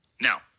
Now